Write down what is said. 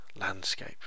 landscape